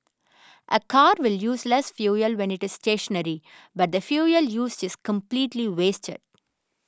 a car will use less fuel when it is stationary but the fuel used is completely wasted